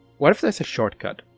what if there's a shortcut?